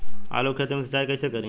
आलू के खेत मे सिचाई कइसे करीं?